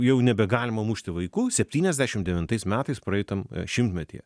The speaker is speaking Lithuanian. jau nebegalima mušti vaikų septyniasdešim devintais metais praeitam šimtmetyje